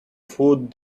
food